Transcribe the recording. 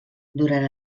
durant